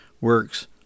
works